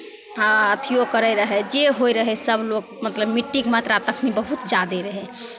आ अथिओ करैत रहै जे होइत रहै सभ लोक मतलब मिट्टीके मात्रा तखनि बहुत जादे रहै